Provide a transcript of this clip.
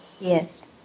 Yes